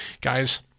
guys